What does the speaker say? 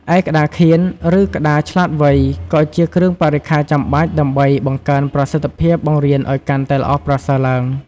ឯក្ដារខៀន ឬក្ដារឆ្លាតវៃ ក៏ជាគ្រឿងបរិក្ខារចាំបាច់ដើម្បីបង្កើនប្រសិទ្ធភាពបង្រៀនឲ្យកាន់តែល្អប្រសើរឡើង។